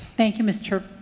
thank you, ms. terp.